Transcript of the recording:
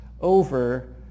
over